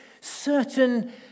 certain